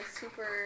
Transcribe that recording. super